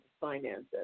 finances